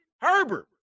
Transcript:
Herbert